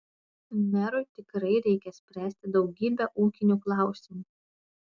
merui tikrai reikia spręsti daugybę ūkinių klausimų